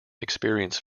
experience